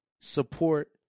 support